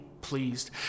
pleased